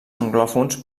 anglòfons